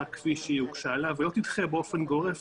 כפי שהיא הוגשה לה ולא תדחה באופן גורף